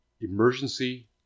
emergency